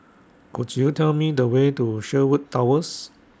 Could YOU Tell Me The Way to Sherwood Towers